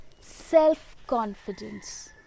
self-confidence